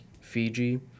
Fiji